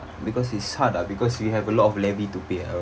because it's hard ah because we have a lot of levy to pay ah